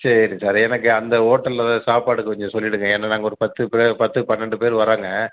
சரி சார் எனக்கு அந்த ஹோட்டலில் தான் சாப்பாடு கொஞ்சம் சொல்லிவிடுங்க ஏன்னா நாங்கள் ஒரு பத்து பேர் பத்து பன்னென்டு பேர் வராங்க